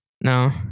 No